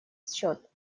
счет